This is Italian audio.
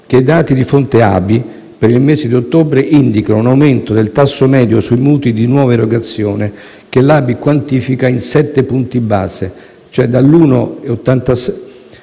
che i dati di fonte ABI per il mese di ottobre indicano un aumento del tasso medio sui mutui di nuova erogazione, che l'ABI quantifica in sette punti base, all'1,87